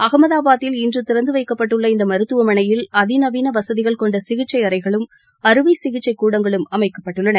அகமதாபாத்தில் இன்று திறந்து வைக்கப்பட்டுள்ள இந்த மருத்துவமனையில் அதிநவீன வசதிகள் கொண்ட சிகிச்சை அறைகளும் அறுவை சிகிச்சை கூடங்களும் அமைக்கப்பட்டுள்ளன